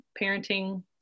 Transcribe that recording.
parenting